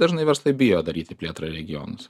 dažnai verslai bijo daryti plėtrą regionuose